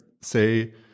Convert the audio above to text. say